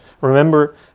Remember